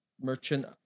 merchant